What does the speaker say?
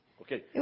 Okay